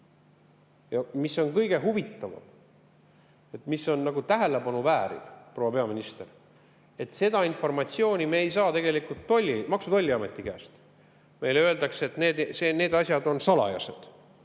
Ja mis on kõige huvitavam, mis on tähelepanu vääriv, proua peaminister? Seda informatsiooni me ei saa tegelikult Maksu- ja Tolliameti käest. Meile öeldakse, et need asjad on salajased.